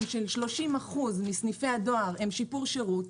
של 30% מסניפי הדואר הם שיפור שירות,